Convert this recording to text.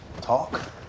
talk